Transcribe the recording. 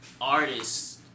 artists